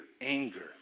anger